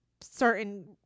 certain